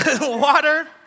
water